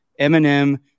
Eminem